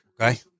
Okay